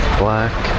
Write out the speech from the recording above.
black